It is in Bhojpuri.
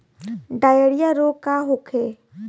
डायरिया रोग का होखे?